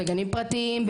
בגנים פרטיים,